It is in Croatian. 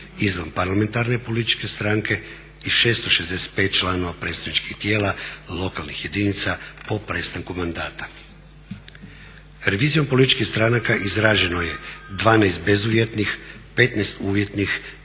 izvanparlamentarne političke stranke i 665 članova predstavničkih tijela lokalnih jedinica po prestanku mandata. Revizijom političkih stranaka izraženo je 12 bezuvjetnih, 15 uvjetnih